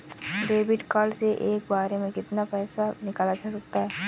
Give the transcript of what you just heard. Debit card से एक बार में कितना पैसा निकाला जा सकता है?